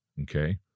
okay